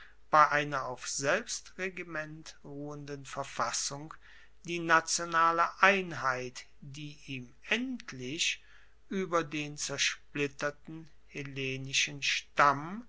bei einer auf selbstregiment ruhenden verfassung die nationale einheit die ihm endlich ueber den zersplitterten hellenischen stamm